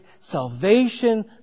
Salvation